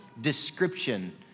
description